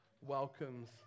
welcomes